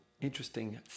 interesting